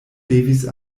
devis